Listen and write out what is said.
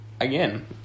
Again